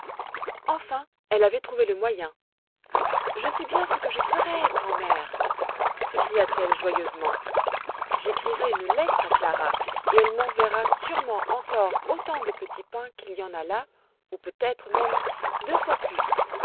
enfin elle avait trouvé le moyen je sais bien ce que je ferai grand'mère s'écria-t-elle joyeusement j'écrirai une lettre à clara et elle m'enverra sûrement encore autant de petits pains qu'il y en a là ou peut-être même deux fois plus